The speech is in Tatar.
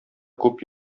күп